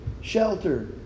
shelter